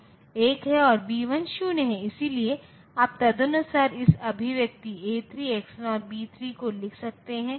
तो truth table में हमें गेट के प्रत्येक इनपुट और आउटपुट के अनुरूप कॉलम मिले है